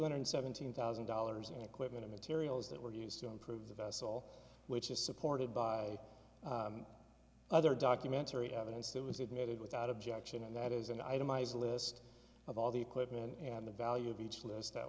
hundred seventeen thousand dollars in equipment or materials that were used to improve the vessel which is supported by other documentary evidence that was admitted without objection and that is an itemized list of all the equipment and the value of each list that